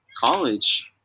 college